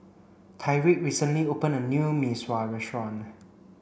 Tyrique recently opened a new Mee Sua restaurant